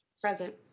Present